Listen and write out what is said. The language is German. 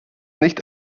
nicht